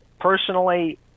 personally